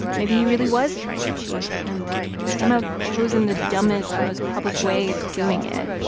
maybe he really was trying to cheat and had somehow chosen the dumbest, most public way of doing it.